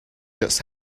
just